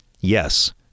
Yes